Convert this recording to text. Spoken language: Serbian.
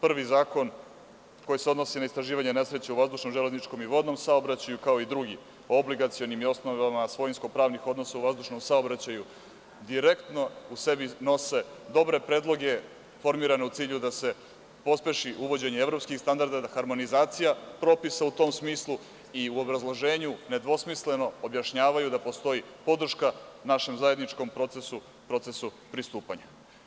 Prvi zakon koji se odnosi na istraživanje nesreće u vazdušnom, železničkom i vodnom saobraćaju, kao i drugim, obligacionim i osnovama svojinsko-pravnih odnosa u vazdušnom saobraćaju, direktno u sebi nose dobre predloge, formirane u cilju da se pospeši uvođenje evropskih standarda, da harmonizacija propisa u tom smislu i u obrazloženju nedvosmisleno objašnjavaju da postoji podrška našem zajedničkom procesu pristupanja.